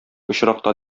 очракта